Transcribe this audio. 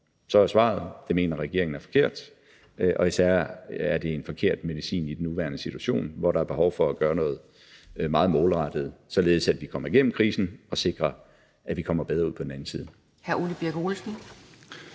så er svaret. Det mener regeringen er forkert. Og især er det en forkert medicin i den nuværende situation, hvor der er behov for at gøre noget meget målrettet, således at vi kommer igennem krisen og sikrer, at vi kommer bedre ud på den anden side.